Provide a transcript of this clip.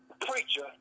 preacher